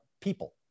people